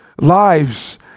lives